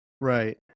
Right